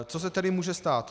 Co se tedy může stát?